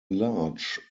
large